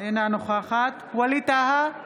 אינה נוכחת ווליד טאהא,